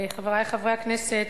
חברי חברי הכנסת,